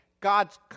God's